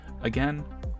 Again